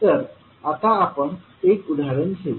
तर आता आपण एक उदाहरण घेऊ